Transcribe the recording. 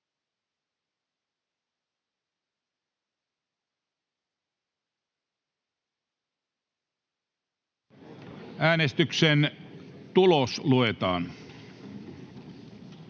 Äänestyksen tulos luetaan.